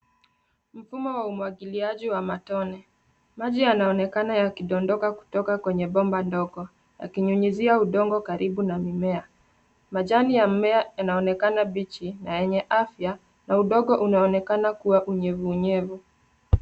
Mfumo wa umwangiliaji wa matone. Maji yanaonekana yakidondoka kutoka kwenye bomba dogo yakinyunyizia udongo karibu na mimea. Majani ya mmea yanaonekana mbichi na yenye afya na udongo unaonekana kuwa unyevu unyevu.